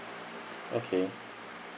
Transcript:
okay